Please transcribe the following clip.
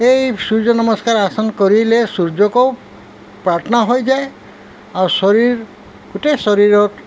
এই সূৰ্য নমস্কাৰ আসন কৰিলে সূৰ্যকো প্ৰাথনা হৈ যায় আৰু শৰীৰ গোটেই শৰীৰত